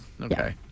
Okay